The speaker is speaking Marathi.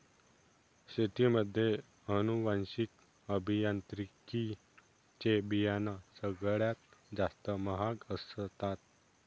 शेतीमध्ये अनुवांशिक अभियांत्रिकी चे बियाणं सगळ्यात जास्त महाग असतात